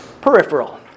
peripheral